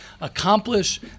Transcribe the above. accomplish